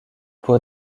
pour